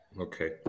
Okay